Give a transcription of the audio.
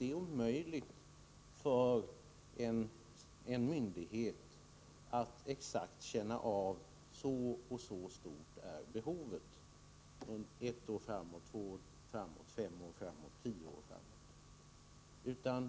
Det är omöjligt för en myndighet att känna av exakt hur stort behovet är — ett år framåt, två år framåt, fem år framåt, tio år framåt.